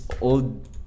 old